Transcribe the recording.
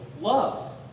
loved